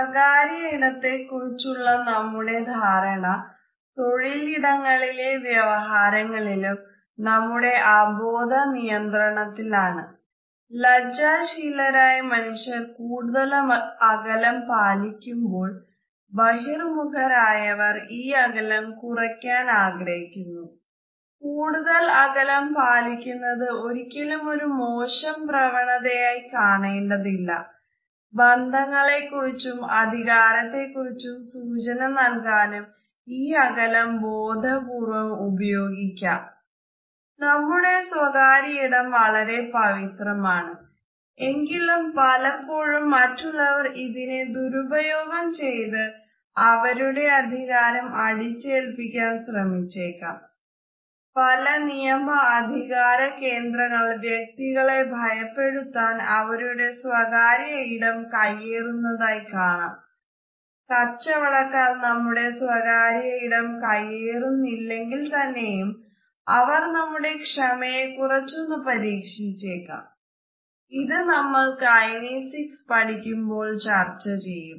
സ്വകാര്യ ഇടത്തെ കുറിച്ചുള്ള നമ്മുടെ ധാരണ തൊഴിലിടങ്ങളിലെ വ്യവഹാരങ്ങളിലും